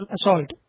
assault